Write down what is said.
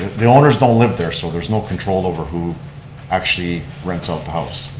the owners don't live there so there's no control over who actually rents out the house.